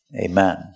amen